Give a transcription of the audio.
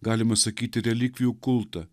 galima sakyti relikvijų kultą